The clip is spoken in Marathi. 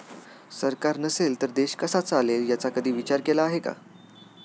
सरकार नसेल तर देश कसा चालेल याचा कधी विचार केला आहे का?